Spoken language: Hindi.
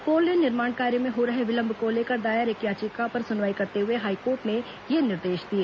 फोरलेन निर्माण कार्य में हो रहे विलंब को लेकर दायर एक याचिका पर सुनवाई करते हुए हाईकोर्ट ने यह निर्देश दिए